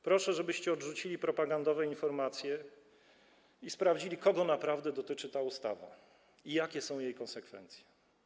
Proszę, żebyście odrzucili propagandowe informacje i sprawdzili, kogo naprawdę dotyczy ta ustawa i jakie są jej konsekwencje.